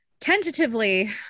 tentatively